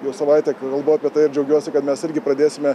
jau savaitę kalbu apie tai ir džiaugiuosi kad mes irgi pradėsime